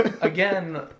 again